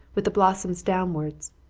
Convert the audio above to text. with the blossoms downwards.